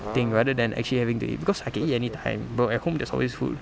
thing rather than actually having to eat because I can eat anytime bro at home there's always food